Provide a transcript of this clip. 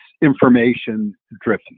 information-driven